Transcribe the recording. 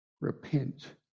repent